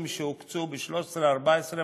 הסכומים שהוקצו ב-2013, 2014 ו-2015.